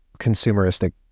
consumeristic